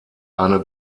eine